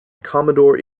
commodore